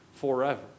forever